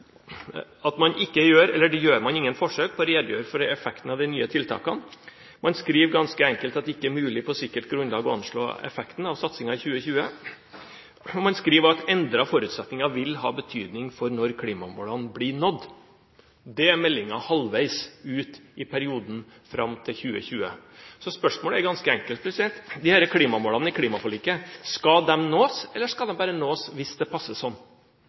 at man gjør ingen forsøk på å redegjøre for effektene av de nye tiltakene. Man skriver ganske enkelt at det ikke er mulig på sikkert grunnlag å anslå effekten av satsingen i 2020, og man skriver at endrede forutsetninger vil ha betydning for når klimamålene blir nådd. Det er meldingen halvveis ut i perioden fram til 2020. Spørsmålet er ganske enkelt: Skal klimamålene i klimaforliket nås, eller skal de bare nås hvis det passer